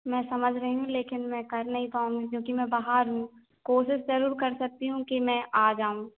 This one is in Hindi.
मैं समझ रही हूँ लेकिन मैं कर नहीं पाऊँगी क्योंकि मैं बाहर हूँ कोशिश ज़रूर कर सकती हूँ कि मैं आ जाऊँ